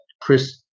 Chris